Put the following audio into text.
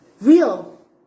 real